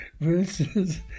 versus